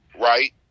Right